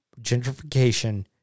gentrification